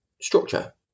structure